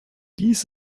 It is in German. dies